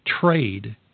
trade